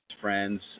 friends